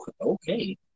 Okay